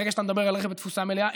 ברגע שאתה מדבר על רכב בתפוסה מלאה,